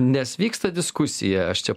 nes vyksta diskusija aš čia